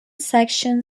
section